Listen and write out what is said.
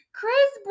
Chris